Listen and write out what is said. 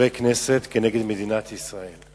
מחברי כנסת נגד מדינת ישראל,